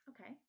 Okay